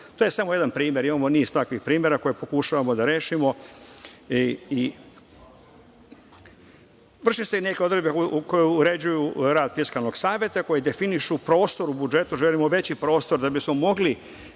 To je samo jedan primer. Imamo niz takvih primera koje pokušavamo da rešimo. Vrše se i neke odredbe koje uređuju rad Fiskalnog saveta, a koje definišu prostor u budžetu, želimo veći prostor da bismo mogli